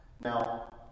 Now